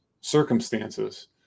circumstances